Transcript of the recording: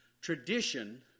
tradition